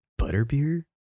butterbeer